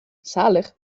zalig